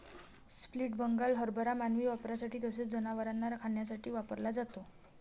split Bengal हरभरा मानवी वापरासाठी तसेच जनावरांना खाण्यासाठी वापरला जातो